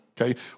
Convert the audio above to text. okay